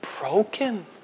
broken